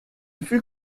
fut